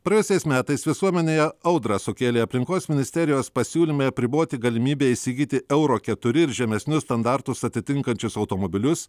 praėjusiais metais visuomenėje audrą sukėlė aplinkos ministerijos pasiūlymai apriboti galimybę įsigyti euro keturi ir žemesnius standartus atitinkančius automobilius